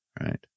right